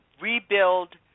rebuild